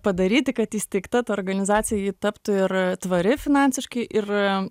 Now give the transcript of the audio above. padaryti kad įsteigta ta organizacija ji taptų ir tvari finansiškai ir